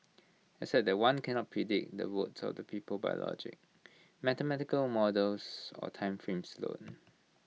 except that one cannot predict the votes of the people by logic mathematical models or time frames alone